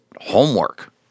homework